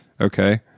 Okay